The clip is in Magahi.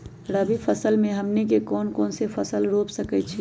रबी फसल में हमनी के कौन कौन से फसल रूप सकैछि?